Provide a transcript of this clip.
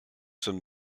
sommes